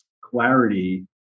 clarity